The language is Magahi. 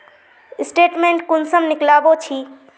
स्टेटमेंट कुंसम निकलाबो छी?